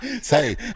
Say